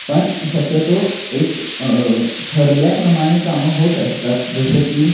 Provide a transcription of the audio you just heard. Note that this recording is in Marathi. पण शक्यतो एक ठरल्याप्रमाणे कामं होत असतात जसं की